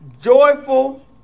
joyful